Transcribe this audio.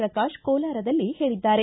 ಪ್ರಕಾಶ್ ಕೋಲಾರದಲ್ಲಿ ಹೇಳಿದ್ದಾರೆ